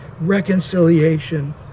reconciliation